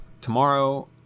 tomorrow